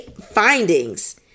findings